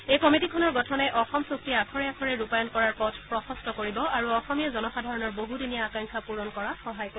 এই কমিটীখনৰ গঠনে অসম চুক্তি আখৰে আখৰে ৰূপায়ণ কৰাৰ পথ প্ৰশস্ত কৰিব আৰু অসমীয়া জনসাধাৰণৰ বহুদিনীয়া আকাংক্ষা পূৰণ কৰাত সহায় কৰিব